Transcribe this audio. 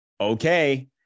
okay